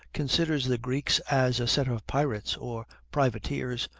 considers the greeks as a set of pirates or privateers,